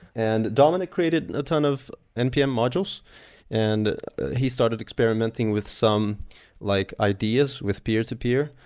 and dominic created a ton of npm modules and he started experimenting with some like ideas with peer-to-peer.